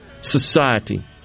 society